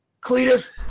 Cletus